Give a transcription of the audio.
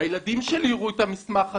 הילדים שלי יראו את המסמך הזה.